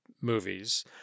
movies